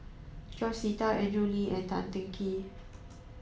George Sita Andrew Lee and Tan Teng Kee